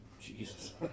Jesus